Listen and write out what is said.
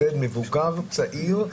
מבוגר או צעיר.